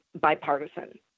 bipartisan